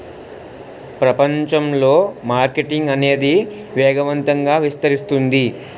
ప్రపంచంలో మార్కెటింగ్ అనేది వేగవంతంగా విస్తరిస్తుంది